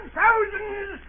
thousands